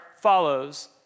follows